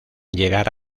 llegar